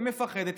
היא מפחדת.